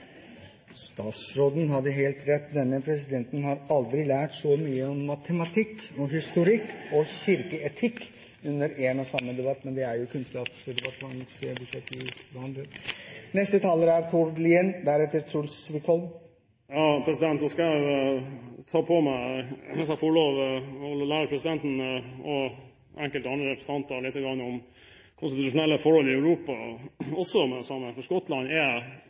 Statsråden har helt rett: Denne presidenten har aldri lært så mye om matematikk, historikk og kirkeetikk under én og samme debatt – men det er jo Kunnskapsdepartementets budsjett vi behandler. Jeg skal ta på meg – hvis jeg får lov – å lære presidenten og enkelte andre representanter litt om konstitusjonelle forhold i Europa, med det samme. Skottland er selvfølgelig et eget land. Jeg håper miljøvernministeren i Skottland, som